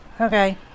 Okay